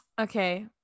Okay